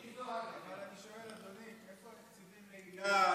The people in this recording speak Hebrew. אבל אני שואל, אדוני, איפה התקציבים להיל"ה?